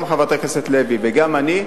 גם חברת הכנסת לוי וגם אני,